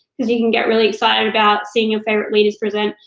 cause you can get really excited about seeing your favorite leaders present.